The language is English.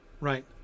right